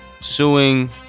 suing